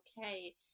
okay